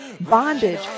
bondage